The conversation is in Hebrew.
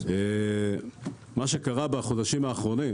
בחודשים האחרונים,